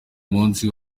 munsi